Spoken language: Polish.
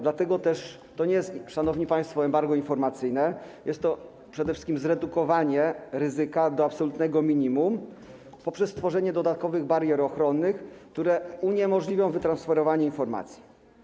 Dlatego też to nie jest, szanowni państwo, embargo informacyjne, jest to przede wszystkim zredukowanie ryzyka do absolutnego minimum poprzez tworzenie dodatkowych barier ochronnych, które uniemożliwią wytransferowanie informacji.